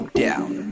down